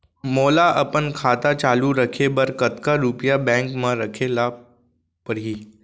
मोला अपन खाता चालू रखे बर कतका रुपिया बैंक म रखे ला परही?